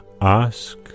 Ask